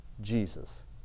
Jesus